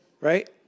right